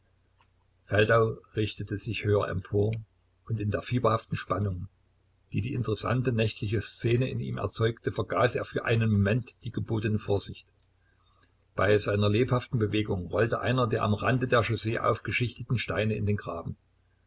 feldau richtete sich höher empor und in der fieberhaften spannung die die interessante nächtliche szene in ihm erzeugte vergaß er für einen moment die gebotene vorsicht bei seiner lebhaften bewegung rollte einer der am rande der chaussee aufgeschichteten steine in den graben